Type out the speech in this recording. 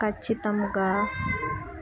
ఖచ్చితమ్ముగా